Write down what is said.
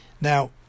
Now